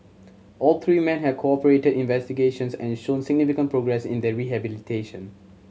all three man had cooperated in investigations and shown significant progress in their rehabilitation